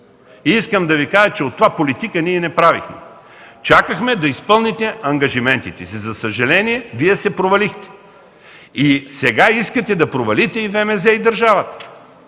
И искам да Ви кажа, че от това политика ние не правихме. Чакахме да изпълните ангажиментите си. За съжаление, Вие се провалихте! И сега искате да провалите и ВМЗ, и държавата.